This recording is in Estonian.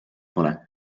pole